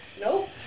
Nope